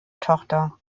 tochter